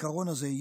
העיקרון הזה,